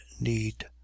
need